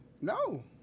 No